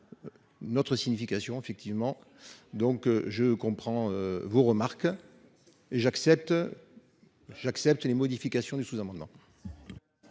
Notre signification effectivement donc je comprends vos remarques. Et j'accepte. J'accepte les modifications du sous-amendement.